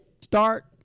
start